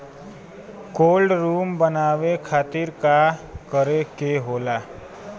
Cold room बनावे खातिर का करे के होला?